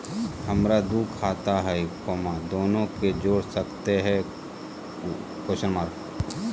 हमरा दू खाता हय, दोनो के जोड़ सकते है?